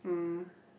mm